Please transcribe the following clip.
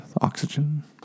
oxygen